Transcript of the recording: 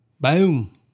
Boom